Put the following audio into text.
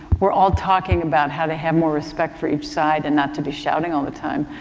were all talking about how they have more respect for each side and not to be shouting all the time.